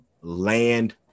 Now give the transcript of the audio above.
land